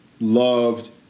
loved